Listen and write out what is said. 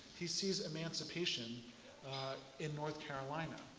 he sees emancipation in north carolina.